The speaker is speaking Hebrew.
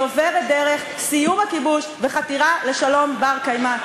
והיא עוברת דרך סיום הכיבוש וחתירה לשלום בר-קיימא.